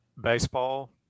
baseball